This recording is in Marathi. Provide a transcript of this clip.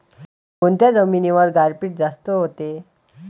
कोनच्या जमिनीवर गारपीट जास्त व्हते?